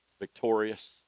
victorious